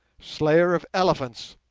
slayer of elephants,